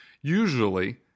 usually